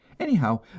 anyhow